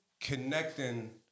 connecting